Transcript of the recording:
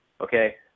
Okay